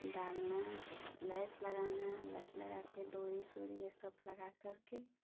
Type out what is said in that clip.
डालना और लेस लगाना लेस लगा के डोरी सोरी ये सब लगा करके